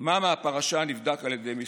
מה מהפרשה נבדק על ידי משרדו.